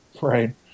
Right